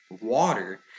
water